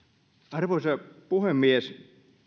arvoisa puhemies